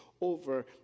over